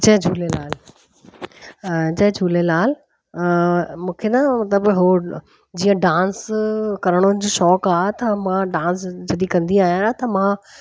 जय झूलेलाल जय झूलेलाल मूंखे न मतिलबु हो जीअं डांस करण जो शौंक़ु आहे त मां डांस जॾहिं कंदी आहियां त मां